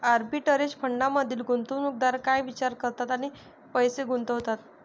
Arbitrage फंडांमधील गुंतवणूकदार काय विचार करतात आणि पैसे गुंतवतात?